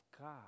God